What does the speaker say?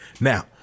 now